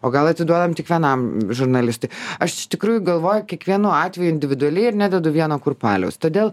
o gal atiduodam tik vienam žurnalistui aš iš tikrųjų galvoju kiekvienu atveju individualiai ir nededu vieno kurpaliaus todėl